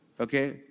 Okay